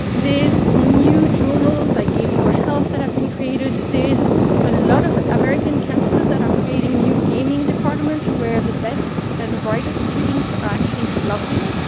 there's new journals like game for health that have been created. there's a lot of american campuses that are creating new gaming departments, where the best and the brightest students are actually flocking.